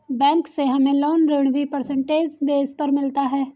bank से हमे loan ऋण भी परसेंटेज बेस पर मिलता है